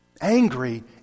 angry